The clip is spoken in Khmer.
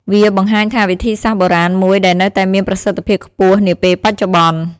វាបង្ហាញថាវិធីសាស្រ្តបុរាណមួយដែលនៅតែមានប្រសិទ្ធភាពខ្ពស់នាពេលបច្ចុប្បន្ន។